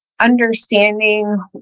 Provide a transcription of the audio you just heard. understanding